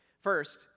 First